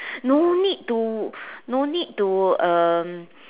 no need to no need to uh